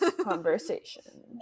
conversation